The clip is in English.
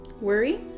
worry